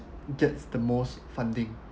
gets the most funding